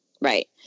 Right